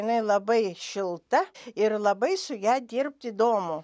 jinai labai šilta ir labai su ja dirbt įdomu